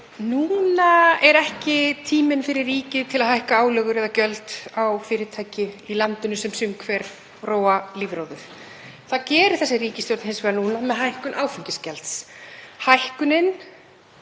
Núna er ekki rétti tíminn fyrir ríkið til að hækka álögur og gjöld á fyrirtæki í landinu sem sum hver róa lífróður. Það gerir þessi ríkisstjórn hins vegar með hækkun áfengisgjalds.